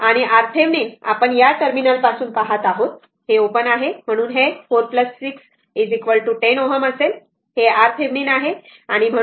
आणि RThevenin आपण या टर्मिनल पासून पहात आहोत हे ओपन आहे ते 6 4 10 Ω असेल